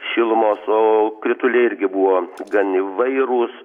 šilumos o krituliai irgi buvo gan įvairūs